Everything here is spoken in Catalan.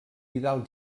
vidal